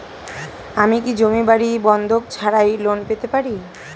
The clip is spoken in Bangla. আমি কি জমি বাড়ি বন্ধক ছাড়াই লোন পেতে পারি?